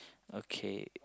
okay